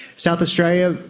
south australia,